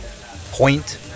Point